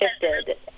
shifted